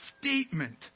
statement